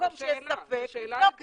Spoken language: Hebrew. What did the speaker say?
במקום שיש ספק לבדוק את זה.